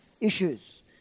issues